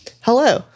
Hello